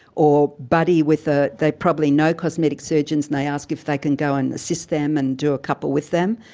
or buddy with, ah they probably know cosmetic surgeons and they ask if they can go and assist them and do a couple with them.